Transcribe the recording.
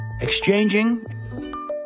Exchanging